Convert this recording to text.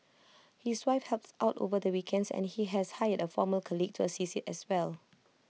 his wife helps out over the weekends and he has hired A former colleague to assist as well